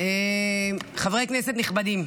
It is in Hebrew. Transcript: חברי כנסת נכבדים,